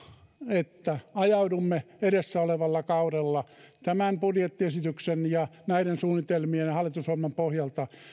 että ajaudumme edessä olevalla kaudella tämän budjettiesityksen ja näiden suunnitelmien ja hallitusohjelman pohjalta